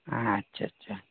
আচ্ছা আচ্ছা